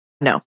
No